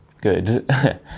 good